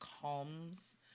calms